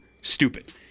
stupid